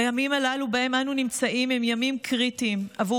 הימים הללו שבהם אנו נמצאים הם ימים קריטיים עבור